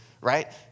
right